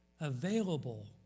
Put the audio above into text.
available